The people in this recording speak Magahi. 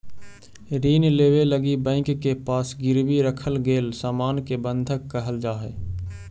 ऋण लेवे लगी बैंक के पास गिरवी रखल गेल सामान के बंधक कहल जाऽ हई